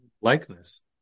likeness